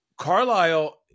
Carlisle